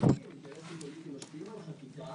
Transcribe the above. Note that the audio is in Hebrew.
--- אינטרסים פוליטיים משפיעים על חקיקה,